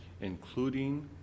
including